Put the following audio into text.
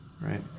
right